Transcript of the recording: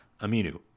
aminu